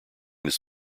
this